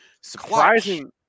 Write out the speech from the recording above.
surprising